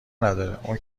نداره، اونا